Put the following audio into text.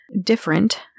different